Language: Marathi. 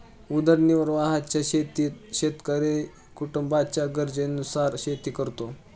उदरनिर्वाहाच्या शेतीत शेतकरी कुटुंबाच्या गरजेनुसार शेती करतो